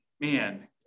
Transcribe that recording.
man